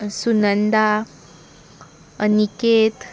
Sunanda Aniket